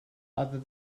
other